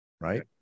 right